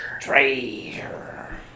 Treasure